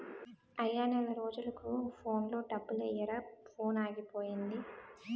అయ్యా నెల రోజులకు ఫోన్లో డబ్బులెయ్యిరా ఫోనాగిపోయింది